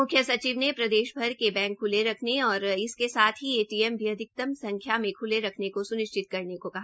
म्ख्य सचिव ने प्रदेशभर के बैंक ख्ले रखने और इसके साथ ही एटीएम भी अधिकतम संख्या में ख्ले रखने को स्निश्चित करने को कहा